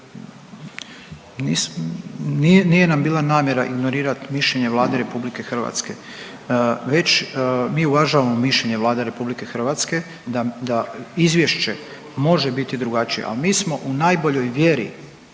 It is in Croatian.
Nije nam bila namjera ignorirat mišljenje Vlade RH već mi uvažavam mišljenje Vlade RH da izvješće može biti drugačije, ali smo u najboljoj vjeri